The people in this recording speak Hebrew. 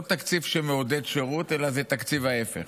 תקציב שמעודד שירות אלא זה תקציב ההפך.